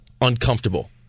uncomfortable